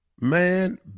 Man